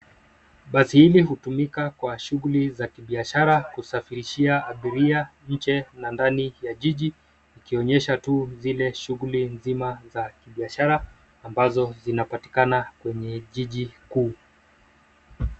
Basi hili hutumika kwa shughuli za kibiashara kusafirishia abiria nje na ndani ya jiji ikionyesha tu zile shughuli nzima za kibiashara ambazo zinapatikana kwenye jiji kuu.